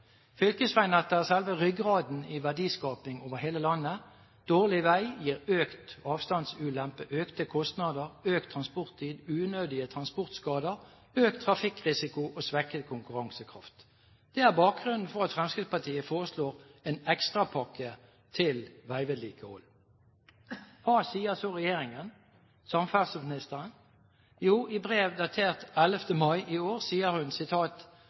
Fylkesveinettet er selve ryggraden i verdiskapingen over hele landet. Dårlig vei gir økt avstandsulempe, økte kostnader, økt transporttid, unødige transportskader, økt trafikkrisiko og svekket konkurransekraft. Det er bakgrunnen for at Fremskrittspartiet foreslår en ekstrapakke til veivedlikehold. Hva sier så regjeringen – samferdselsministeren? Jo, i brev datert 11. mai i år sier hun: